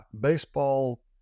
baseball